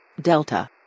Delta